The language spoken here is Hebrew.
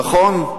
נכון,